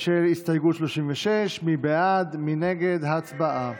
הוסרו כל ההסתייגויות לסעיף 2. נצביע על סעיף 2 כנוסח